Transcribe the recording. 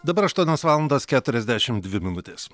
dabar aštuonios valandos keturiasdešimt dvi minutės